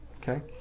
okay